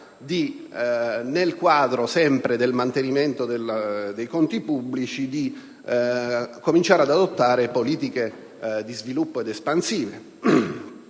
nel quadro del mantenimento dei conti pubblici, di cominciare ad adottare politiche di sviluppo ed espansive.